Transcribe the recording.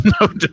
No